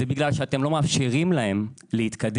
אלא בגלל שאתם לא מאפשרים להם להתקדם,